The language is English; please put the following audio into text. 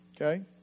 Okay